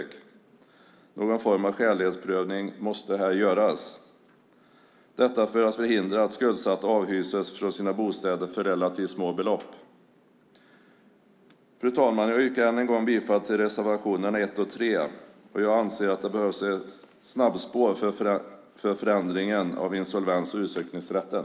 Någon form av skälighetsprövning måste göras för att förhindra att skuldsatta avhyses från sina bostäder för relativt små belopp. Fru talman! Jag yrkar än en gång bifall till reservationerna 1 och 3. Jag anser att det behövs ett snabbspår för förändringen av insolvens och utsökningsrätten.